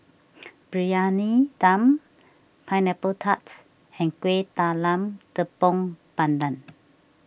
Briyani Dum Pineapple Tarts and Kuih Talam Tepong Pandan